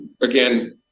again